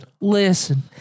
Listen